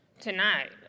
tonight